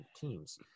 teams